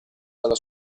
dalla